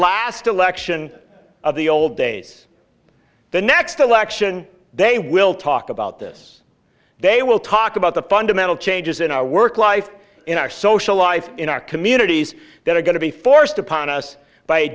last election of the old days the next election they will talk about this they will talk about the fundamental changes in our work life in our social life in our communities that are going to be forced upon us by